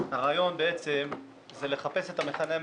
הרעיון הוא לחפש את המכנה המשותף,